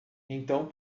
então